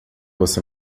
você